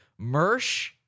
Mersh